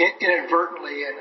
inadvertently